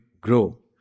grow